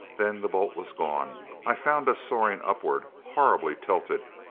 then the bolt was gone. i found us soaring upward, horribly tilted.